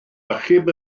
achub